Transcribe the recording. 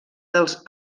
dels